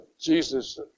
Jesus